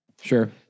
Sure